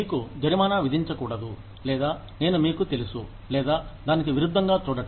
మీకు జరిమానా విధించకూడదులేదా నేను మీకు తెలుసు లేదా దానికి విరుద్ధంగా చూడటం